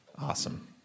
awesome